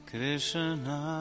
Krishna